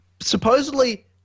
supposedly